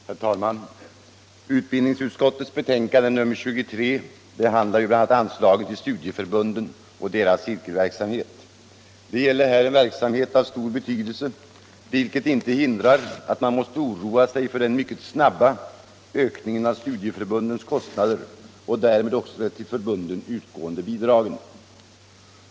Herr talman! Utbildningsutskottets betänkande nr 23 behandlar bl.a. anslagen till studieförbunden och deras cirkelverksamhet. Det gäller här en verksamhet av stor betydelse, vilket inte hindrar att man måste oroa sig för den mycket snabba ökningen av studieförbundens kostnader och därmed också de till förbunden utgående bidragen.